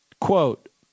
Quote